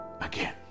again